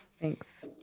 Thanks